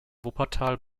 wuppertal